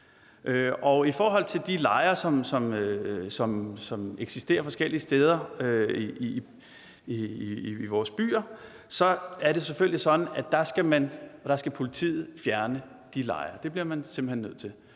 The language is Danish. i forhold til de lejre, som eksisterer forskellige steder i vores byer, er det selvfølgelig sådan, at politiet skal fjerne de lejre. Men det skal jo gøres på en